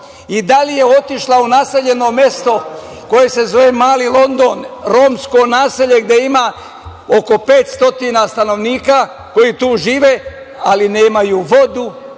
i da li je otišla u naseljeno mesto koje se zove Mali London, romsko naselje koje ima oko 500 stanovnika, koji tu žive, ali nemaju vodu,